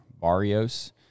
Barrios